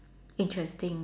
interesting